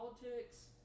politics